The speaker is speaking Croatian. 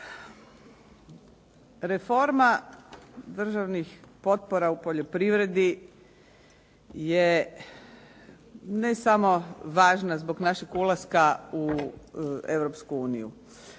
Reforma državnih potpora u poljoprivredi je ne samo važna zbog našeg ulaska u